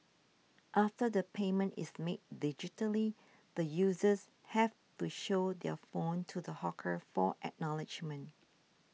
after the payment is made digitally the users have to show their phone to the hawker for acknowledgement